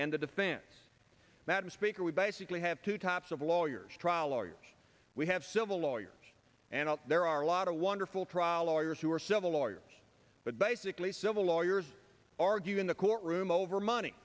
and the defense that is speaker we basically have two types of lawyers trial lawyers we have civil lawyer and out there are a lot of wonderful trial lawyers who are several lawyers but basically civil lawyers argue in the courtroom over money